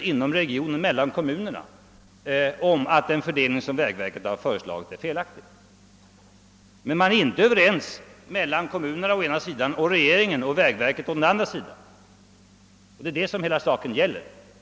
Inom regionen är man mellan kommunerna överens om att den fördelning som vägverket föreslagit är felaktig, men man är inte överens mellan å ena sidan kommunerna och å andra sidan regeringen och vägverket. Det är det som hela saken gäller.